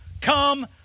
come